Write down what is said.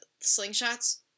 slingshots